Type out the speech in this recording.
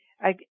I-